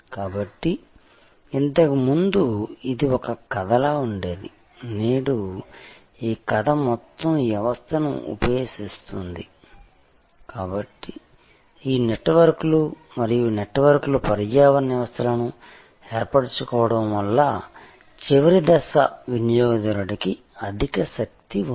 కాబట్టి ఇంతకు ముందు ఇది ఒక కథలా ఉండేది నేడు ఈ కథ మొత్తం వ్యవస్థను ఊపేస్తోంది కాబట్టి ఈ నెట్వర్క్లు మరియు నెట్వర్క్లు పర్యావరణ వ్యవస్థలను ఏర్పరుచుకోవడం వల్ల చివరి దశ వినియోగదారుడికి అధిక శక్తి ఉంది